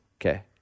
Okay